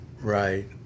Right